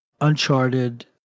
Uncharted